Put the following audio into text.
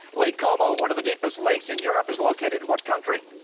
lake como, one of the deepest lakes in europe, is located in what country?